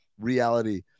reality